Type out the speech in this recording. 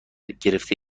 گرفته